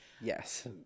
Yes